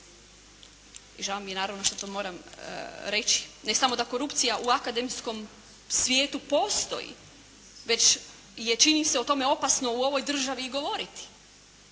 I žao mi je naravno što to moram reći. Ne samo da korupcija u akademskom svijetu postoji, već je čini se o tome opasno u ovoj državi i govoriti.